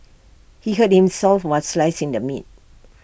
he hurt himself while slicing the meat